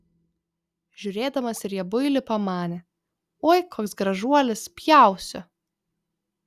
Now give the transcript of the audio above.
žiūrėdamas į riebuilį pamanė oi koks gražuolis pjausiu